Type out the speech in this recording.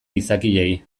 gizakiei